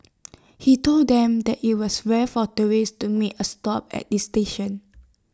he told them that IT was rare for tourists to make A stop at this station